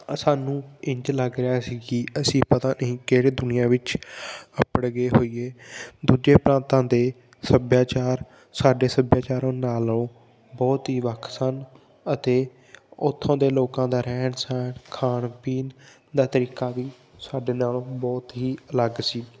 ਅਸਾਨੂੰ ਇੰਝ ਲੱਗ ਰਿਹਾ ਸੀ ਕਿ ਅਸੀਂ ਪਤਾ ਨਹੀਂ ਕਿਹੜੇ ਦੁਨੀਆਂ ਵਿੱਚ ਅਪੜ ਗਏ ਹੋਈਏ ਦੂਜੇ ਪ੍ਰਾਂਤਾਂ ਦੇ ਸੱਭਿਆਚਾਰ ਸਾਡੇ ਸੱਭਿਆਚਾਰਾਂ ਨਾਲੋਂ ਬਹੁਤ ਹੀ ਵੱਖ ਸਨ ਅਤੇ ਉੱਥੋਂ ਦੇ ਲੋਕਾਂ ਦਾ ਰਹਿਣ ਸਹਿਣ ਖਾਣ ਪੀਣ ਦਾ ਤਰੀਕਾ ਵੀ ਸਾਡੇ ਨਾਲੋਂ ਬਹੁਤ ਹੀ ਅਲੱਗ ਸੀ